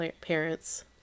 parents